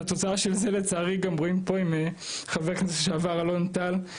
את התוצאה של זה לצערי גם רואים פה עם חבר הכנסת לשעבר אלון טל.